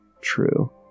true